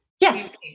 Yes